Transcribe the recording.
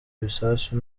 ibisasu